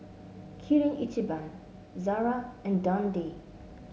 Kirin Ichiban Zara and Dundee